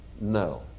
No